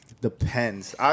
Depends